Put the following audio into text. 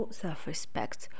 self-respect